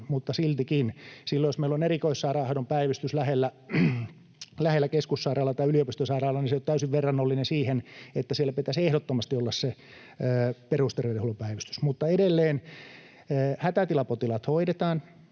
mutta siltikin silloin, jos meillä on erikoissairaanhoidon päivystys lähellä keskussairaalaa tai yliopistosairaalaa, niin se ei ole täysin verrannollinen siihen, että siellä pitäisi ehdottomasti olla se perusterveydenhuollon päivystys. Mutta edelleen hätätilapotilaat hoidetaan.